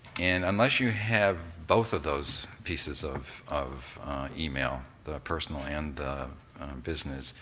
and unless you have both of those pieces of of email, the personal and the business,